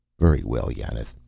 very well, yanath.